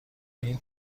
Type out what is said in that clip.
این